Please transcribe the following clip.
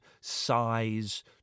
size